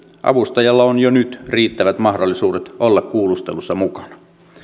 avustajalla on jo nyt riittävät mahdollisuudet olla kuulustelussa mukana